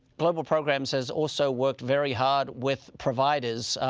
global programs has also worked very hard with providers.